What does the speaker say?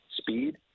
speed